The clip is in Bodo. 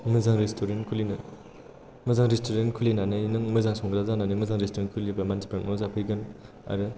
मोजां रेस्टुरेन्ट खुलिनानै नों मोजां संग्रा जानानै मोजां रेस्टुरेन्ट खुलिब्ला मानसिफोरा नोंनाव जाफैगोन आरो